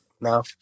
No